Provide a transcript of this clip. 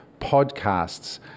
podcasts